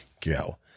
go